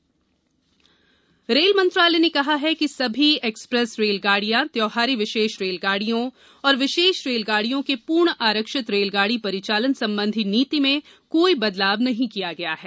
rail आरक्षण rail मंत्रालय ने कहा है कि सभी एक्सप्रेस रेलगाडियों त्यौहारी विशेष रेलगाडियों और विशेष रेलगाड़ियों के पूर्ण आरक्षित रेलगाड़ी परिचालन संबंधी नीति में कोई बदलाव नहीं किया गया है